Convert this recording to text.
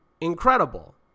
incredible